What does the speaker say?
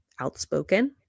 Outspoken